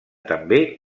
també